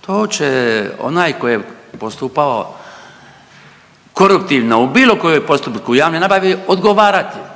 to će onaj tko je postupao koruptivno u bilo kojem postupku javne nabave odgovarati.